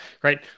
great